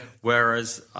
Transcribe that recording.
Whereas